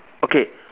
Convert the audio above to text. okay